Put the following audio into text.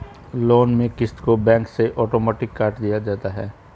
loan में क़िस्त को बैंक से आटोमेटिक काट लिया जाता है